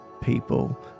people